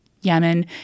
Yemen